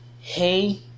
hey